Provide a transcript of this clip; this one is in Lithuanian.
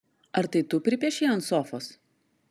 ar tai tu pripiešei ant sofos